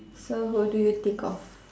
so who do you think of